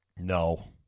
No